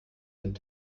nimmt